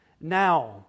now